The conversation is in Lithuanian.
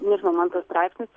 nežinau man tas straipsnis